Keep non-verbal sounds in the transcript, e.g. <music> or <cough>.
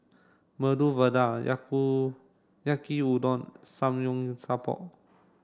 Medu Vada <unintelligible> Yaki udon and Samgeyopsal